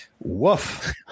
Woof